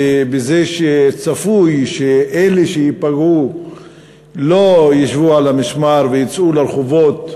בזה שצפוי שאלו שייפגעו לא ישבו אלא יצאו לרחובות,